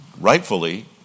rightfully